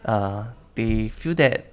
err they feel that